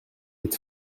êtes